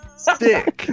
Stick